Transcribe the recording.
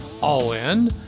All-In